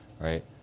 Right